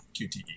QTE